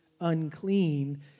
unclean